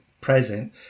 present